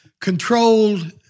controlled –